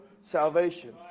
salvation